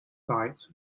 sights